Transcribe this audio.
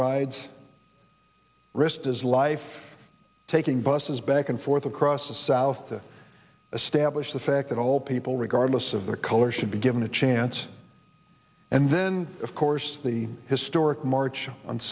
rides risked his life taking buses back and forth across the south to a stablish the fact that all people regardless of their color should be given a chance and then of course the historic march